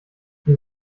die